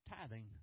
tithing